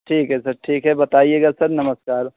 ठीक है सर ठीक है बताइएगा सर नमस्कार